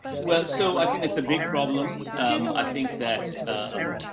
well, so i think that's a big problem. um, i think that, um,